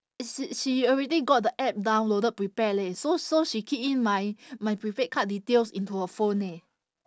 sh~ she already got the app downloaded prepared leh so so she keyed in my my prepaid card details into her phone eh